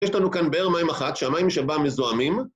יש לנו כאן באר מים אחת, שהמים שבה מזוהמים